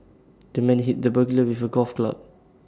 the man hit the burglar with A golf club